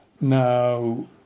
Now